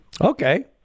Okay